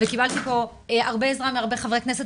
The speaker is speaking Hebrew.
וקיבלתי פה הרבה עזרה מהרבה חברי כנסת